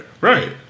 Right